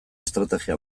estrategia